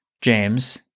James